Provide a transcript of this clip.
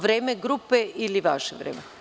Vreme grupe ili vaše vreme?